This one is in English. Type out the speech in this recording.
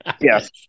yes